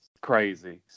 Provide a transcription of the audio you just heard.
crazy